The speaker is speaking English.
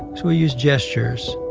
so we used gestures